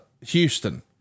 Houston